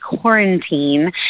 quarantine